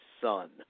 son